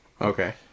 Okay